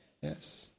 Yes